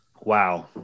Wow